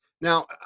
now